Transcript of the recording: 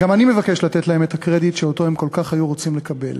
גם אני מבקש לתת להם את הקרדיט שאותו הם כל כך היו רוצים לקבל,